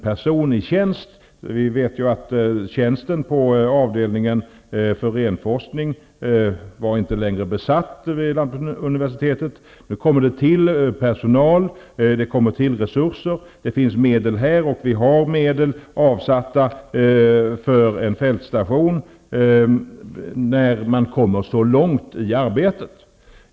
Vi vet att tjänsten på avdelningen för renforskning inte längre var besatt vid lantbruksuniversitetet. Nu kommer det till personal och resurser. Det finns medel avsatta för en fältstation, när man kommer så långt i arbetet.